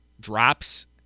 drops